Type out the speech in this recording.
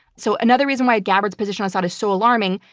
so another reason why gabbard's position on assad is so alarming,